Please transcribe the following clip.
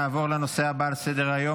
נעבור לנושא הבא על סדר-היום,